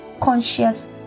conscious